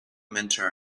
mentor